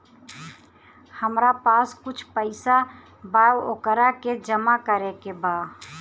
हमरा पास कुछ पईसा बा वोकरा के जमा करे के बा?